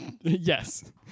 Yes